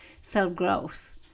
self-growth